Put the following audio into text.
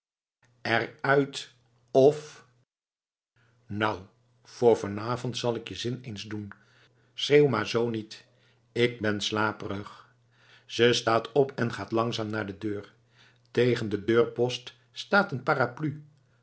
er uit of nou voor van avond zal ik je zin eens doen schreeuw maar zoo niet ik ben slaperig ze staat op en gaat langzaam naar de deur tegen den deurpost staat een parapluie